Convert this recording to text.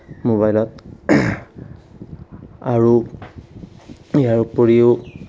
মোবাইলত আৰু ইয়াৰ উপৰিও